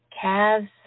calves